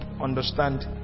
understand